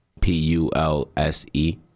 P-U-L-S-E